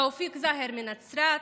תאופיק זהר מנצרת,